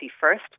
First